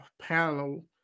panel